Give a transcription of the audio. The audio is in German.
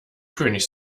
könig